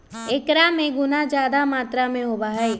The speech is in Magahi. एकरा में गुना जादा मात्रा में होबा हई